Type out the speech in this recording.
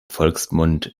volksmund